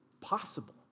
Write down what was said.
possible